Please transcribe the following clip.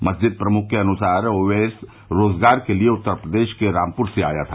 मस्जिद प्रमुख के अनुसार ओवेस रोजगार के लिए उत्तर प्रदेश के रामपुर से आया था